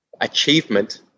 achievement